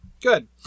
good